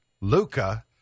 Luca